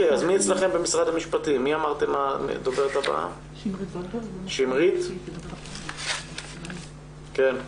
שלום.